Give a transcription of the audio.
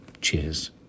Cheers